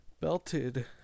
Belted